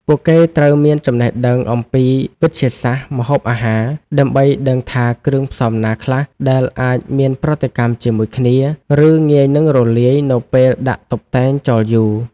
ពួកគេត្រូវមានចំណេះដឹងអំពីវិទ្យាសាស្ត្រម្ហូបអាហារ ដើម្បីដឹងថាគ្រឿងផ្សំណាខ្លះដែលអាចមានប្រតិកម្មជាមួយគ្នា ឬងាយនឹងរលាយនៅពេលដាក់តុបតែងចោលយូរ។